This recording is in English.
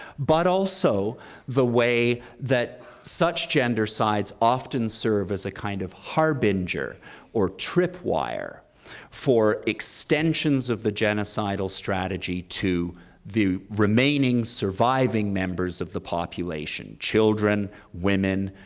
but also the way that such gendercides often serve as a kind of harbinger or tripwire for extensions of the genocidal strategy to the remaining surviving members of the population children, women,